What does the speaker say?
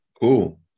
cool